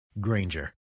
Granger